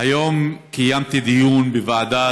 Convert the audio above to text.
אדוני היושב-ראש, חבריי